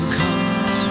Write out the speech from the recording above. comes